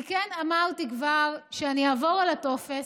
אני כן אמרתי כבר שאעבור על הטופס,